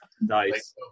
nice